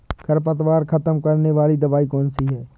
खरपतवार खत्म करने वाली दवाई कौन सी है?